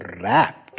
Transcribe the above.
wrapped